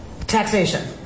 taxation